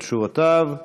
על תשובותיו.